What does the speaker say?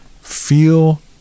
feel